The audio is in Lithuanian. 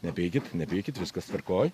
nepykit nepykit viskas tvarkoj